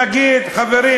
נגיד: חברים,